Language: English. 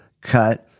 cut